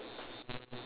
ya sure